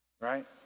Right